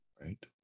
Right